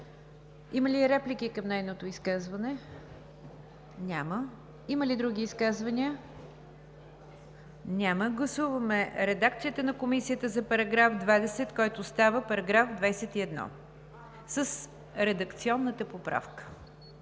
Има ли реплики към изказването? Няма. Има ли други изказвания? Няма. Гласуваме редакцията на Комисията за § 20, който става § 21 с редакционната поправка